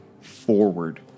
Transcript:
forward